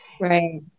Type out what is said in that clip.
Right